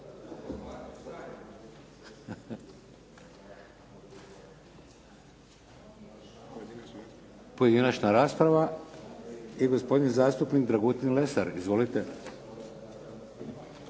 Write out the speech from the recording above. Pojedinačna rasprava i gospodin zastupnik Dragutin Lesar. Izvolite.